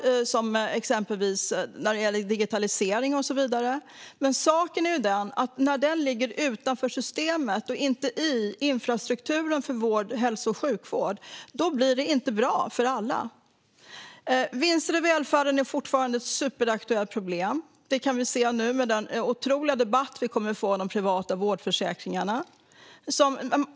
Det gäller exempelvis digitalisering och så vidare. Men när den ligger utanför systemet och inte i infrastrukturen för hälso och sjukvård blir det inte bra för alla. Vinster i välfärden är fortfarande ett superaktuellt problem. Det kan vi se nu med den otroliga debatt vi kommer att få om de privata vårdförsäkringarna.